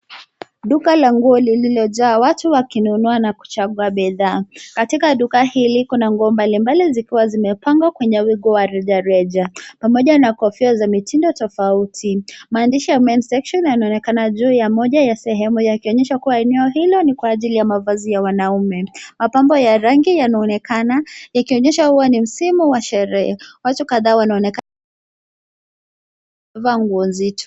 Duka la nguo lililojaa watu wakinunua na kuchagua bidhaa. Katika duka hili kuna nguo mbalimbali zikiwa zimepangwa kwenye wigo wa rejareja pamoja na kofia za mitindo tofauti. Maandishi ya men section yanaonekana juu ya moja ya sehemu yakionyesha kuwa eneo hilo ni kwa ajili ya mavazi ya wanaume. Mapambo ya rangi yanaonekana ikionyesha huo ni msimu wa sherehe. Watu kadhaa wanaonekana wamevaa nguo nzito.